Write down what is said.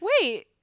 Wait